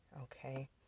Okay